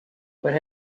what